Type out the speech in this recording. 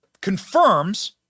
confirms